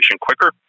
quicker